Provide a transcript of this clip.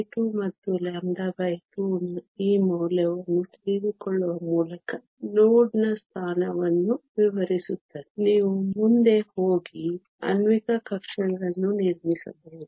2 ಮತ್ತು 2 ನ ಈ ಮೌಲ್ಯವನ್ನು ತಿಳಿದುಕೊಳ್ಳುವ ಮೂಲಕ ನೋಡ್ ನ ಸ್ಥಾನವನ್ನು ವಿವರಿಸುತ್ತದೆ ನೀವು ಮುಂದೆ ಹೋಗಿ ಆಣ್ವಿಕ ಕಕ್ಷೆಗಳನ್ನು ನಿರ್ಮಿಸಬಹುದು